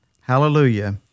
Hallelujah